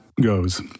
goes